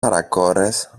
παρακόρες